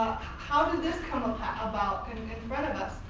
how did this come um about and and in front of us?